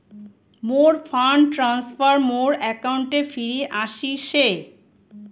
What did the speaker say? মোর fund transfer মোর অ্যাকাউন্টে ফিরি আশিসে